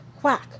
quack